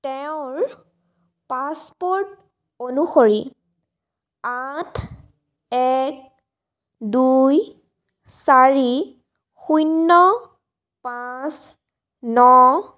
তেওঁৰ পাছপ'ৰ্ট অনুসৰি আঠ এক দুই চাৰি শূন্য পাঁচ ন